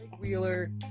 Wheeler